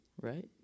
Right